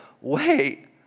wait